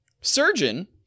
Surgeon